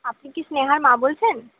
আপনি কি স্নেহার মা বলছেন